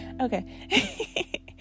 okay